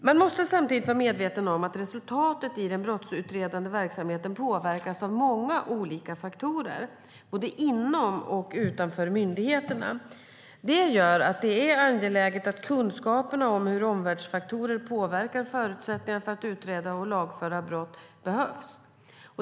Man måste samtidigt vara medveten om att resultatet i den brottsutredande verksamheten påverkas av många olika faktorer både inom och utanför myndigheterna. Det gör att det är angeläget att kunskaperna om hur omvärldsfaktorer påverkar förutsättningarna för att utreda och lagföra brott ökar.